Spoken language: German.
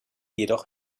jedoch